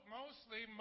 mostly